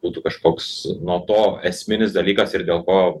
būtų kažkoks nuo to esminis dalykas ir dėl ko